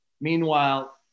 meanwhile